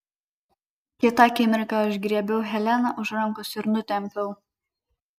kitą akimirką aš griebiau heleną už rankos ir nutempiau